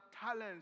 talents